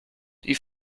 die